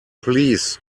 please